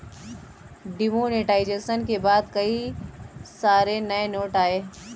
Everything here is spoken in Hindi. डिमोनेटाइजेशन के बाद कई सारे नए नोट आये